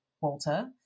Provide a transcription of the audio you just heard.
Walter